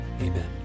Amen